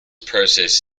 process